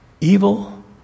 evil